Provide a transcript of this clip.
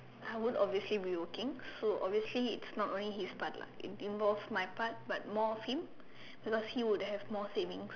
I would obviously be working so obviously it's not only his part lah it involves my part but more of him because he would have more savings